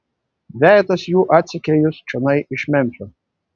dvejetas jų atsekė jus čionai iš memfio